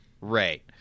right